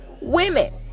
Women